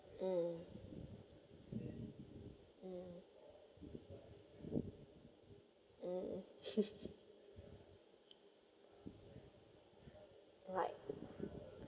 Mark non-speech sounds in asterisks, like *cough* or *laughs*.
mm *laughs*